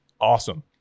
awesome